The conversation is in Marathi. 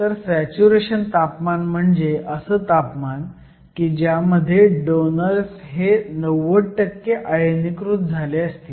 तर सॅच्युरेशन तापमान म्हणजे असं तापमान की ज्यामध्ये डोनर्स हे 90 आयनीकृत झाले असतील